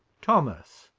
thomas,